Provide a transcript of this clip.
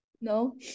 No